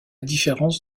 différence